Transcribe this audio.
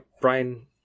Brian